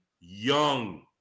young